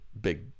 big